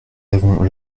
avons